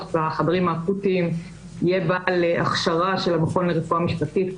בחדרים האקוטיים יהיה בעל הכשרה של המכון לרפואה משפטית,